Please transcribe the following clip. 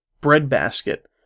breadbasket